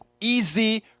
easy